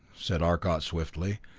said arcot, swiftly,